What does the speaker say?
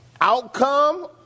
outcome